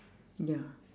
ya